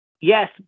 Yes